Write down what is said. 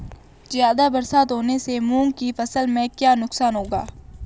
ज़्यादा बरसात होने से मूंग की फसल में क्या नुकसान होगा?